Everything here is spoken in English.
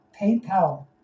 PayPal